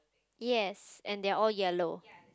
yes and they are all yellow